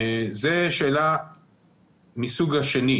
זו שאלה מהסוג השני.